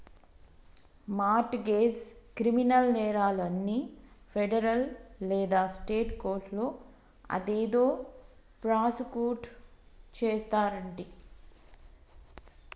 mart గెజ్, criminal నేరాలు అన్ని federal లేదా స్టేట్ కోర్టులో అదేదో ప్రాసుకుట్ చేస్తారంటి